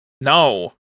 No